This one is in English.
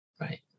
Right